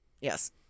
Yes